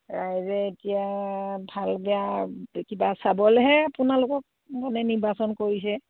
ৰাইজে এতিয়া ভাল বেয়া কিবা চাবলৈহে আপোনালোকক মানে নিৰ্বাচন কৰিছে